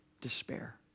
despair